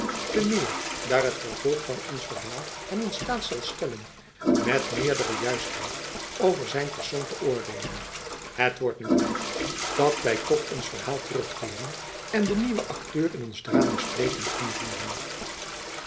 te meer daar het vervolg van ons verhaal hem in staat zal stellen met meerdere juistheid over zijn persoon te oordeelen het wordt nu tijd dat wy tot ons verhaal terugkeeren en den nieuwen akteur in ons drama sprekende invoeren